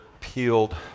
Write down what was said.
peeled